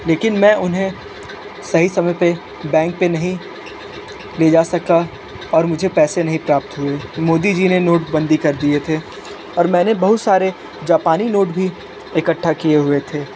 लेकिन मैं उन्हें सही समय पर बैंक पर नहीं ले जा सका और मुझे पैसे नहीं प्राप्त हुए मोदी जी ने नोट बंदी कर दिए थे और मैंने बहुत सारे जापानी नोट भी इकठ्ठा किये हुए थे